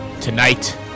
Tonight